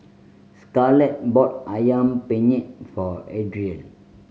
Scarlett bought Ayam Penyet for Adrian